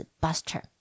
Buster